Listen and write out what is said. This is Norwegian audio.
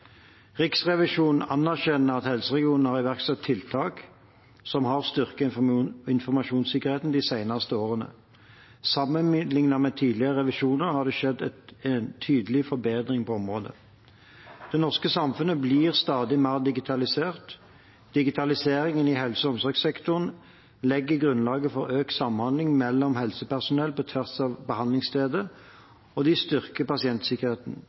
Riksrevisjonen anerkjenner at helseregionene har iverksatt tiltak som har styrket informasjonssikkerheten de seneste årene. Sammenlignet med tidligere revisjoner har det skjedd en tydelig forbedring på området. Det norske samfunnet blir stadig mer digitalisert. Digitaliseringen i helse- og omsorgssektoren legger grunnlaget for økt samhandling mellom helsepersonell på tvers av behandlingsstedet, og det styrker pasientsikkerheten.